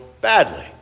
badly